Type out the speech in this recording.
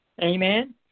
Amen